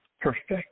perfect